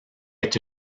est